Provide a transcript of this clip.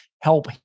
help